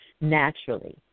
naturally